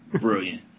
Brilliant